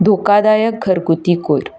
धोकादायक घरगुती कयर